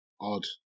odd